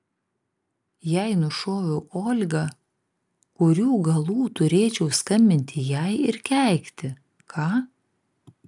jei nušoviau olgą kurių galų turėčiau skambinti jai ir keikti ką